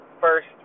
first